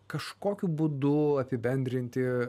kažkokiu būdu apibendrinti